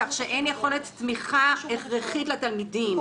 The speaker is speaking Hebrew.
כך שאין יכולת תמיכה הכרחית לתלמידים.